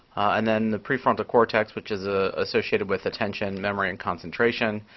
and then the prefrontal cortex, which is ah associated with attention, memory, and concentration.